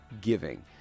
giving